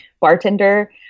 bartender